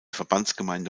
verbandsgemeinde